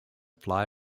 fly